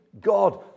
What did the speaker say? God